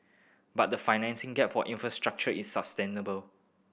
but the financing gap for infrastructure is sustainable